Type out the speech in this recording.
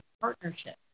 partnership